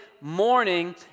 morning